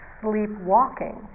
sleepwalking